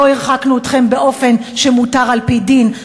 לא הרחקנו אתכם באופן שמותר על-פי דין,